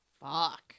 Fuck